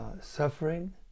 suffering